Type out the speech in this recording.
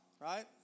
right